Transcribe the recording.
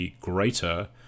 greater